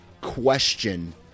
question